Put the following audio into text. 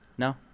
No